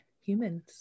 humans